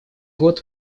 год